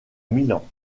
milan